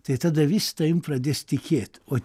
tai ta dalis tavimi pradės tikėt o